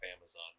Amazon